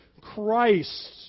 Christ